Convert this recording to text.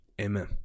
Amen